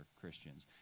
Christians